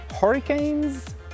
Hurricanes